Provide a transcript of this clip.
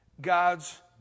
God's